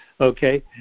okay